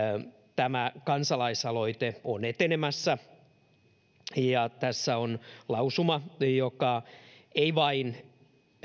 tämä kansalaisaloite on etenemässä tässä on lausuma joka ei vain